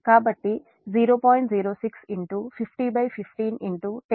06 50 15 10112 అంటే 0